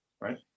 Right